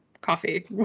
coffee